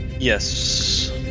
Yes